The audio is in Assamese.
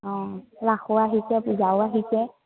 অঁ ৰাসো আহিছে পূজাও আহিছে